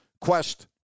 quest